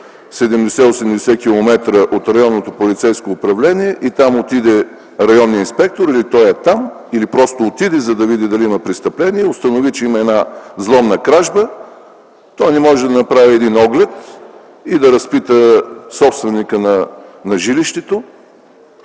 70-80 км от районното полицейско управление, и там отиде районният инспектор или той е там, или просто отиде, за да види дали има престъпление, установи, че има взломна кражба, той не може да направи оглед и да разпита собственика на жилището,